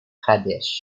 pradesh